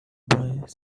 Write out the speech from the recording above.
bye